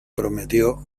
prometió